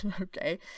Okay